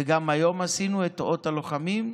וגם היום עשינו את אות הלוחמים,